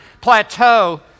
plateau